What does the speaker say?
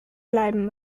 bleiben